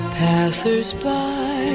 passers-by